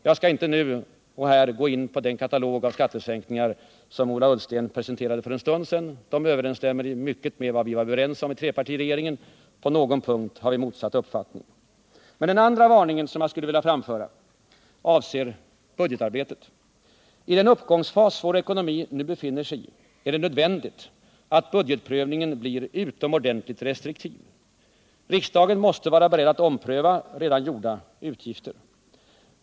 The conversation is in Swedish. Jag skall inte här och nu gå in på den katalog över skattesänkningar som Ola Ullsten presenterade för en stund sedan. De överensstämmer i mycket med vad vi var överens om i trepartiregeringen. På någon punkt har vi en motsatt uppfattning. Den andra varning som jag skulle vilja framföra avser budgetarbetet. I den uppgångsfas vår ekonomi nu befinner sig i är det nödvändigt att budgetprövningen blir utomordentligt restriktiv. Riksdagen måste vara beredd att ompröva redan gjorda utgifter.